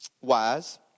wise